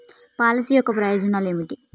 Policy యొక్క ప్రయోజనాలు ఏమిటి?